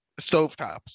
stovetops